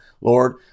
lord